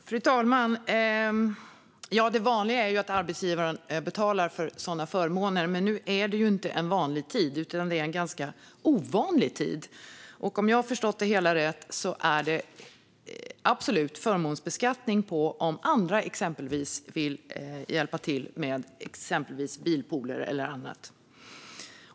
Fru talman! Det vanliga är att arbetsgivaren betalar för sådana förmåner. Men nu är det inte en vanlig tid utan en ganska ovanlig tid. Om jag har förstått det hela rätt är det absolut förmånsbeskattning på om andra vill hjälpa till med exempelvis bilpooler eller annat.